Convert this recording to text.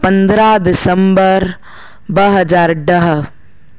पंद्रहं दिसम्बर ब हज़ार ॾह